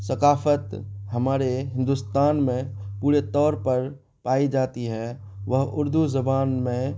ثقافت ہمارے ہندوستان میں پورے طور پر پائی جاتی ہے وہ اردو زبان میں